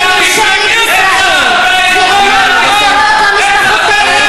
בידי ממשלת ישראל ואינן מוחזרות למשפחותיהן